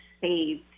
saved